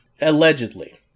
Allegedly